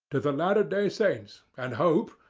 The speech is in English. to the latter day saints, and hope,